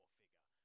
figure